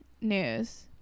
News